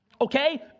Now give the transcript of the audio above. Okay